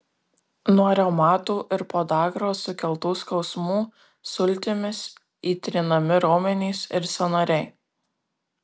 nuo reumato ir podagros sukeltų skausmų sultimis įtrinami raumenys ir sąnariai